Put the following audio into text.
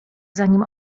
zanim